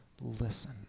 listen